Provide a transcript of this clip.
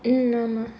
mm ஆமா:aamaa